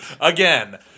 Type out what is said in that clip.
Again